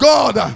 God